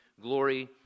glory